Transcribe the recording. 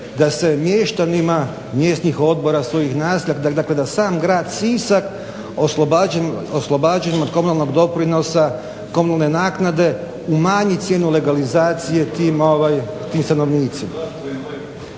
da se mještanima mjesnih odbora, …/Govornik se ne razumije./… dakle da sam grad Sisak oslobođen od komunalnog doprinosa, komunalne naknade umanji cijenu legalizacije tim stanovnicima.